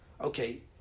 Okay